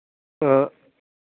ആ